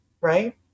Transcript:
Right